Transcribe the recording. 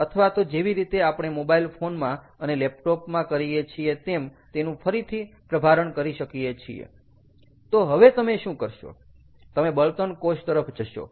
અથવા તો જેવી રીતે આપણે મોબાઇલ ફોનમાં અને લેપટોપ માં કરીએ છીએ તેમ તેનું ફરીથી પ્રભારણ કરી શકીએ છીએ તો હવે તમે શું કરશો તમે બળતણ કોષ તરફ જશો